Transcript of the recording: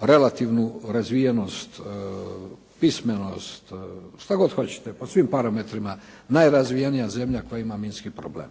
relativnu razvijenost, pismenost, što god hoćete, po svim parametrima, najrazvijenija zemlja koja ima minski problem.